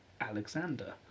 Alexander